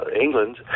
England